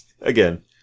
Again